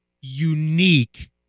unique